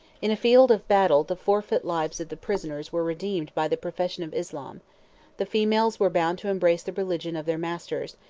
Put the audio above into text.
in a field of battle the forfeit lives of the prisoners were redeemed by the profession of islam the females were bound to embrace the religion of their masters,